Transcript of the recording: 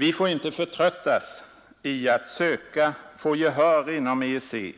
Vi får inte förtröttas i försöken att inom EEC få gehör